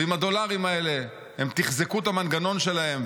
ועם הדולרים האלה הם תחזקו את המנגנון שלהם,